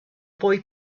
boy